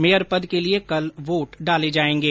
mayor पद के लिए कल वोट डाले जायेंगे